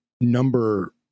number